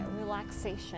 relaxation